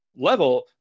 level